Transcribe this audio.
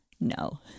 No